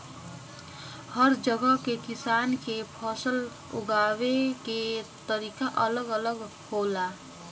हर जगह के किसान के फसल उगावे के तरीका अलग अलग होला